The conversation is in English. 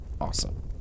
awesome